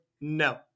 No